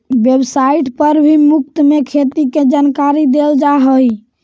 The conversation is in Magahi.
वेबसाइट पर भी मुफ्त में खेती के जानकारी देल जा हई